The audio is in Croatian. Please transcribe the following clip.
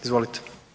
Izvolite.